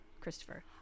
Christopher